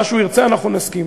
מה שהוא ירצה אנחנו נסכים.